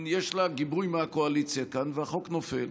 יש לה גיבוי מהקואליציה כאן, והחוק נופל.